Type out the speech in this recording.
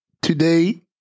Today